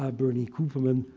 ah bernie cooperman,